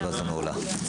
הישיבה נעולה.